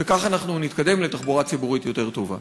וכך אנחנו נתקדם לתחבורה ציבורית יותר טובה.